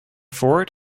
fort